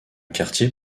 quartier